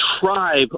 tribe